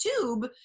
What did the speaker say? tube